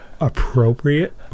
appropriate